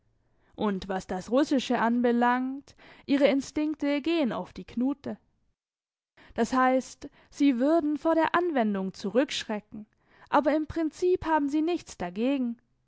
und was das russische anbelangt ihre instinkte gehen auf die knute das heisst sie würden vor der anwendung zurückschrecken aber im prinzip haben sie nichts dagegen